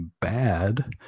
bad